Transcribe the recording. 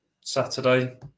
Saturday